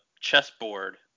chessboard